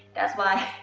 that's why